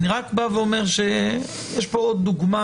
אני רק בא ואומר שיש פה עוד דוגמה